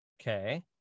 Okay